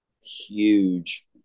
huge